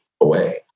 away